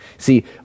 See